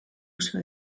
uso